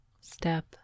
step